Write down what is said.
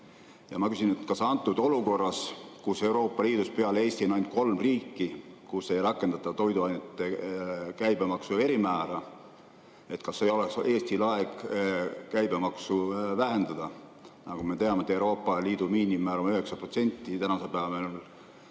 eelarvestcirca21%. Kas olukorras, kus Euroopa Liidus peale Eesti on ainult kolm riiki, kus ei rakendata toiduainete käibemaksu erimäära, ei oleks Eestil aeg käibemaksu vähendada? Me teame, et Euroopa Liidu miinimummäär on 9%, tänasel päeval on